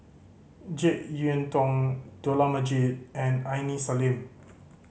Jek Yeun Thong Dollah Majid and Aini Salim